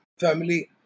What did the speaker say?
family